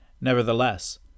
Nevertheless